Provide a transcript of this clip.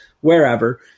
wherever